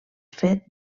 fet